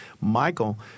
Michael